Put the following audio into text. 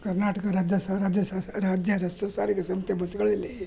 ಕರ್ನಾಟಕ ರಾಜ್ಯ ಸ ರಾಜ್ಯ ಸ ರಾಜ್ಯ ರಸ್ತೆ ಸಾರಿಗೆ ಸಂಸ್ಥೆ ಬಸ್ಸುಗಳಲ್ಲಿ